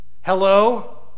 Hello